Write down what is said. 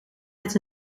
met